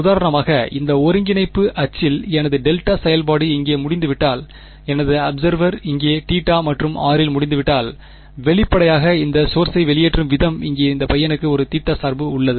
உதாரணமாக இந்த ஒருங்கிணைப்பு அச்சில் எனது டெல்டா செயல்பாடு இங்கே முடிந்துவிட்டால் எனது அபிசேர்வேர் இங்கே θ மற்றும் r இல் முடிந்துவிட்டால் வெளிப்படையாக இந்த சோர்ஸை வெளியேற்றும் விதம் இங்கே இந்த பையனுக்கு ஒரு தீட்டா சார்பு உள்ளது